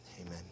Amen